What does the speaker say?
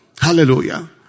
Hallelujah